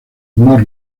humor